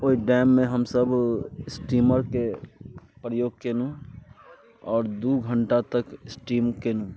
ओहि डैममे हमसभ स्टीमरके प्रयोग कयलहुँ आओर दू घण्टा तक स्टीम कयलहुँ